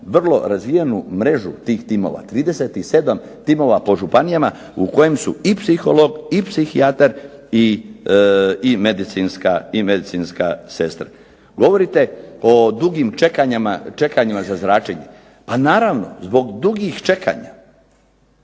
vrlo razvijenu mrežu tih timova, 37 timova po županijama u kojem su i psiholog i psihijatar i medicinska sestra. Govorite o dugim čekanjima za zračenje. Pa naravno, zbog dugih čekanja